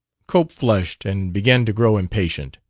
cope flushed and began to grow impatient.